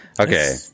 Okay